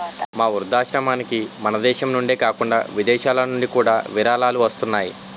మా వృద్ధాశ్రమానికి మనదేశం నుండే కాకుండా విదేశాలనుండి కూడా విరాళాలు వస్తున్నాయి